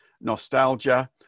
nostalgia